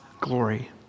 glory